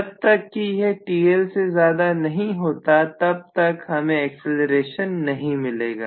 जब तक कि यह TL से ज्यादा नहीं होता तब तक हमें एक्सीलरेशन नहीं मिलेगा